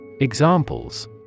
Examples